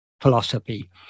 philosophy